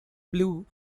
blew